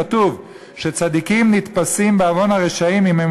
כתוב שצדיקים נתפסים בעוון הרשעים אם הם